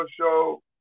Show